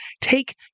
take